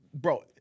bro